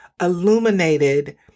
illuminated